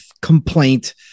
complaint